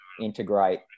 integrate